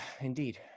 indeed